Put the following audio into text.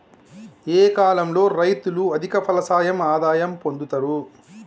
ఏ కాలం లో రైతులు అధిక ఫలసాయం ఆదాయం పొందుతరు?